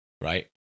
right